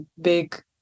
big